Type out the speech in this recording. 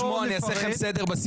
אני אעשה לכם סדר,